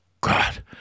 God